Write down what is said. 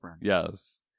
Yes